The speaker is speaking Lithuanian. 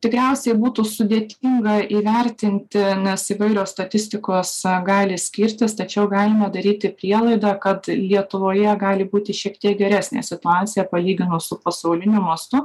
tikriausiai būtų sudėtinga įvertinti nes įvairios statistikos gali skirtis tačiau galime daryti prielaidą kad lietuvoje gali būti šiek tie geresnė situacija palyginus su pasauliniu mastu